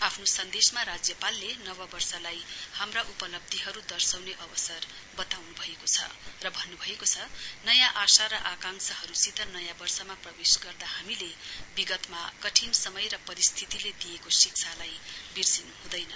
आफ्नो सन्देशमा राज्यपालले नववर्षलाई हाम्रो उपलब्धीहरु दर्शाउने अवसर वताउनु भएको छ भन्नुभएको छ नयाँ आशा र आकाक्षांहरु सित नयाँ वर्षमा प्रवेश गर्दा हामीले विगतका कठिन समय र परिस्थितीले दिएको शिक्षालाई विर्सिनु हँदैन